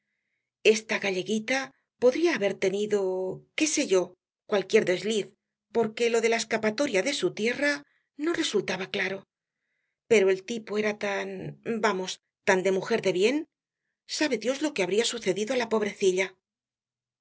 galleguita podría haber tenido qué sé yo cualquier desliz porque lo de la escapatoria de su tierra no resultaba claro pero el tipo era tan vamos tan de mujer de bien sabe dios lo que le habría sucedido á la pobrecilla